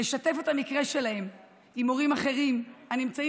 לשתף את המקרה שלהם עם הורים אחרים הנמצאים